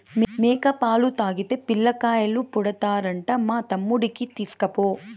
మేక పాలు తాగితే పిల్లకాయలు పుడతారంట మా తమ్ముడికి తీస్కపో